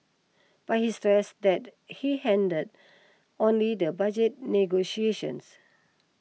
but he stressed that he handled only the budget negotiations